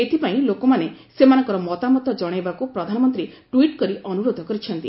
ଏଥିପାଇଁ ଲୋକମାନେ ସେମାନଙ୍କର ମତାମତ ଜଣାଇବାକୁ ପ୍ରଧାନମନ୍ତ୍ରୀ ଟ୍ୱିଟ୍ କରି ଅନୁରୋଧ କରିଛନ୍ତି